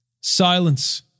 silence